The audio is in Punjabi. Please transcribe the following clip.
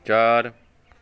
ਚਾਰ